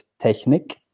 technik